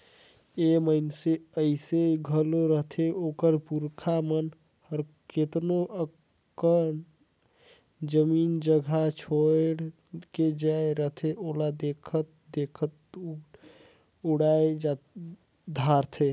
ए मइनसे अइसे घलो रहथें ओकर पुरखा मन हर केतनो अकन जमीन जगहा छोंएड़ के जाए रहथें ओला देखत देखत उड़ाए धारथें